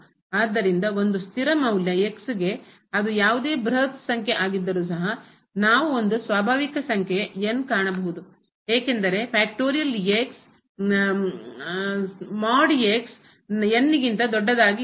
ಆದ್ದರಿಂದ ಒಂದು ಸ್ಥಿರ ಮೌಲ್ಯ ಗೆ ಅದು ಯಾವುದೇ ಬೃಹತ್ ಸಂಖ್ಯೆ ಆಗಿದ್ದರೂ ಸಹ ನಾವು ಒಂದು ಸ್ವಾಭಾವಿಕ ಸಂಖ್ಯೆ ಕಾಣಬಹುದು ಹೇಗೆಂದರೆ ಗಿಂತ ದೊಡ್ಡದಾಗಿ ಇರುತ್ತದೆ